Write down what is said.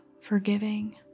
forgiving